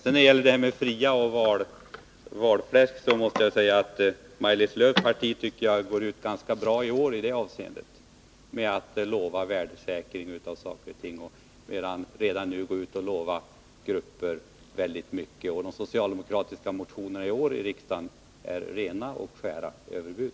När det sedan gäller detta med valfläsk tycker jag att Maj-Lis Lööws parti går ut ganska brai år i det avseendet. Ni lovar värdesäkring av saker och ting, ni går redan nu ut och lovar olika grupper väldigt mycket. Och de socialdemokratiska motionerna till riksdagen i år är rena och skära överbud.